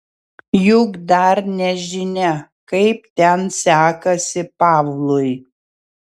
juk dar nežinia kaip ten sekasi pavlui